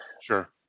Sure